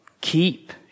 keep